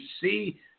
see